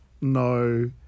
No